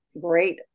great